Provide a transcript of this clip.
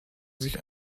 sich